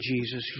Jesus